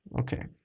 Okay